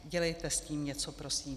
Dělejte s tím něco prosím.